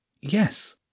Yes